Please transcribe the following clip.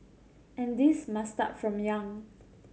and this must start from young